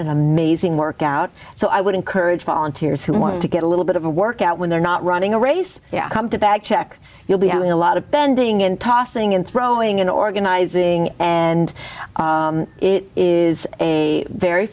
an amazing workout so i would encourage volunteers who want to get a little bit of a workout when they're not running a race come to bag check you'll be doing a lot of bending and tossing and throwing in organizing and it is a very